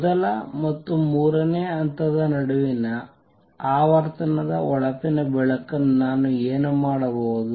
ಮೊದಲ ಮತ್ತು ಮೂರನೇ ಹಂತದ ನಡುವಿನ ಈ ಆವರ್ತನದ ಹೊಳಪಿನ ಬೆಳಕನ್ನು ನಾನು ಏನು ಮಾಡಬಹುದು